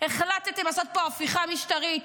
החלטתם לעשות פה הפיכה משטרית.